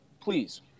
please